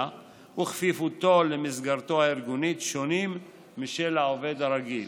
וכפיפותו למסגרתו הארגונית שונים משל 'העובד הרגיל'."